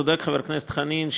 צודק חבר הכנסת חנין,